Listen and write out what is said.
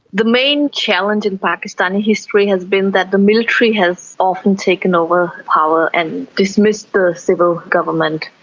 the main challenge in pakistani history has been that the military has often taken over power and dismissed the civil government.